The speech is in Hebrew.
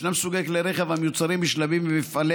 ישנם סוגי כלי רכב המיוצרים בשלבים במפעלי